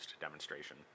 demonstration